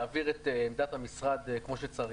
אם לא הצלחתי להעביר את עמדת המשרד כמו שצריך.